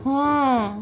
ହଁ